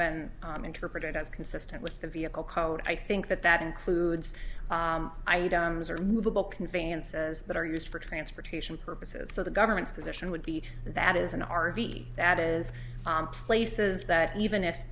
been interpreted as consistent with the vehicle code i think that that includes items or movable conveniences that are used for transportation purposes so the government's position would be that is an r v that is places that even if